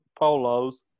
polos